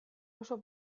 oso